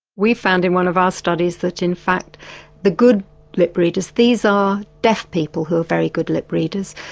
we found in one of our studies that in fact the good lip-readers, these are deaf people who are very good lip-readers,